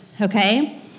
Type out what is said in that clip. okay